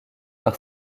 par